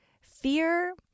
Fear